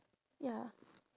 ya